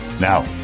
Now